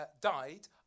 died